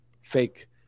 fake